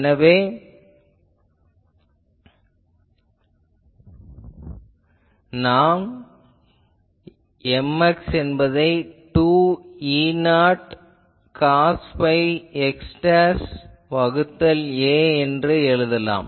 எனவே நான் Mx என்பதை 2 E0 காஸ் பை x வகுத்தல் a என எழுதலாம்